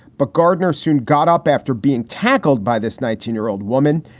but gardner soon got up after being tackled by this nineteen year old woman.